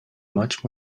much